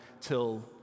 till